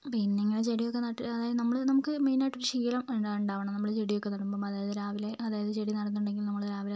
പിന്നേ ഇങ്ങനേ ചെടിയൊക്കേ നട്ട് അതായത് നമ്മള് നമുക്ക് മെയിനായിട്ടൊരു ശീലം ഉണ്ടാ ഉണ്ടാവണം നമ്മള് ചെടിയൊക്കേ നടുമ്പോൾ അതായത് രാവിലേ അതായത് ചെടി നടുന്നുണ്ടെങ്കില് നമ്മൾ രാവിലേ അതൊന്ന്